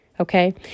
Okay